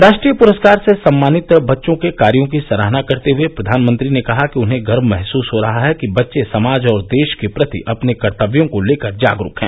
राष्ट्रीय पुरस्कार से सम्मानित बच्चों के कार्यो की सराहना करते हुए प्रधानमंत्री ने कहा कि उन्हें गर्व महसूस हो रहा है कि बच्चे समाज और देश के प्रति अपने कर्तव्यों को लेकर जागरूक हैं